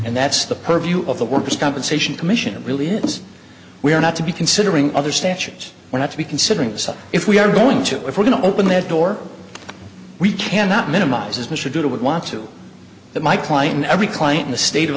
and that's the purview of the workers compensation commission it really is we are not to be considering other statute or not to be considering such if we are going to if we're going to open that door we cannot minimize as mr doodle would want to that my client every client in the state of